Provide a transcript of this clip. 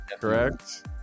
correct